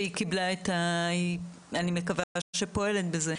היא קיבלה ואני מקווה שהיא פועלת בזה.